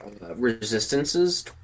resistances